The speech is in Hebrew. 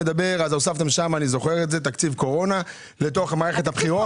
הוספתם תקציב קורונה למערכת הבחירות.